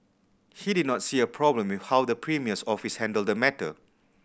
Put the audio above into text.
he did not see a problem with how the premier's office handled the matter